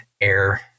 air